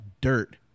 dirt